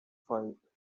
fight